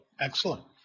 Excellent